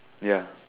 ya